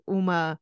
uma